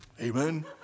Amen